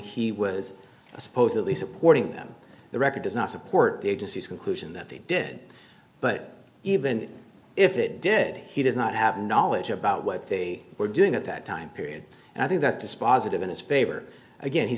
he was supposedly supporting them the record does not support the agency's conclusion that they did but even if it did he does not have knowledge about what they were doing at that time period and i think that dispositive in his favor again he